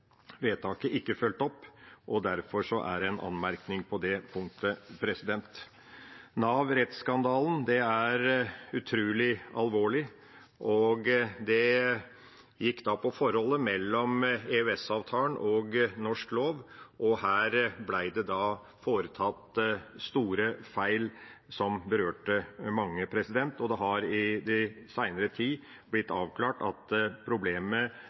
vedtaket ikke fulgt opp, og derfor er det en anmerkning på det punktet. Nav-rettsskandalen er utrolig alvorlig, og det handlet om forholdet mellom EØS-avtalen og norsk lov. Her ble det gjort store feil som berørte mange, og det har i senere tid blitt avklart at problemet